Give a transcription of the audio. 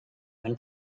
when